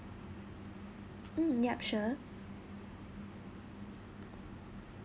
mm yup sure